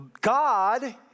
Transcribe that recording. God